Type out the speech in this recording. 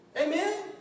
Amen